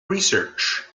research